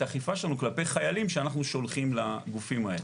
האכיפה שלנו כלפי חיילים שאנחנו שולחים לגופים האלה.